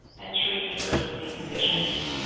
and treat emergency conditions.